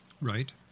Right